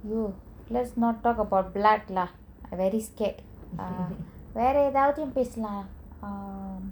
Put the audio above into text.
!aiyo! let's not talk about blood lah I very scared ah வேர எதாவாச்சு பேசலா:vera ethavachu pesala err